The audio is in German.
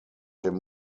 dem